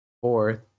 fourth